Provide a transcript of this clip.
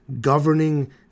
governing